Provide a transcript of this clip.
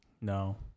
No